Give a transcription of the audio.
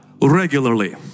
regularly